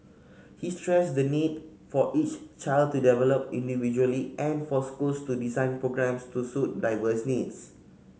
he stressed the need for each child to develop individually and for schools to design programmes to suit diverse needs